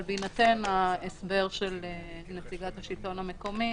אבל בהינתן ההסבר של נציגת השלטון המקומי